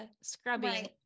scrubbing